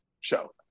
show